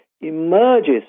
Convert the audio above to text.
emerges